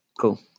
Cool